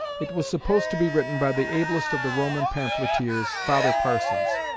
it was supposed to be written by the ablest of the roman pamphleteers, father parsons.